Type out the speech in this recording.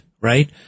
right